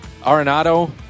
Arenado